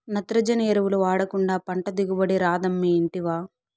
నత్రజని ఎరువులు వాడకుండా పంట దిగుబడి రాదమ్మీ ఇంటివా